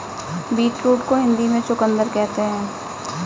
beetroot को हिंदी में चुकंदर कहते हैं